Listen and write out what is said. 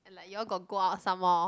like you all got go out some more